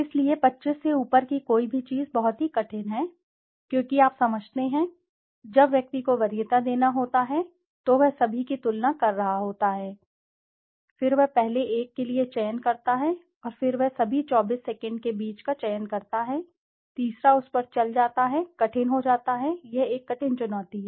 इसलिए 25 से ऊपर की कोई भी चीज बहुत ही कठिन है क्योंकि आप समझते हैं जब व्यक्ति को वरीयता देना होता है तो वह सभी की तुलना कर रहा होता है 25 ब्रांड फिर वह पहले एक के लिए चयन करता है और फिर वह सभी 24 सेकंड के बीच का चयन करता है तीसरा उस पर चला जाता है कठिन हो जाता है यह एक कठिन चुनौती है